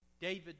David